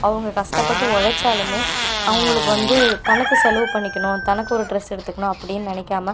அவங்க கஷ்டப்பட்டு உழைச்சாலுமே அவர்களுக்கு வந்து தனக்கு செலவு பண்ணிக்கணும் தனக்கு ஒரு ட்ரெஸ் எடுத்துக்கணும் அப்படின்னு நினைக்காம